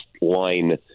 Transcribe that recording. line